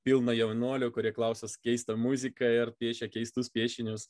pilna jaunuolių kurie klausos keistą muziką ir piešia keistus piešinius